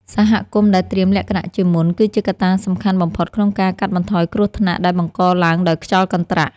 សហគមន៍ដែលត្រៀមលក្ខណៈជាមុន គឺជាកត្តាសំខាន់បំផុតក្នុងការកាត់បន្ថយគ្រោះថ្នាក់ដែលបង្កឡើងដោយខ្យល់កន្ត្រាក់។